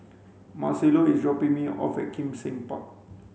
Marcelo is dropping me off at Kim Seng Park